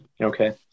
Okay